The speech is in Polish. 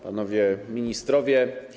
Panowie Ministrowie!